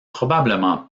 probablement